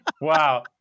wow